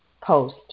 post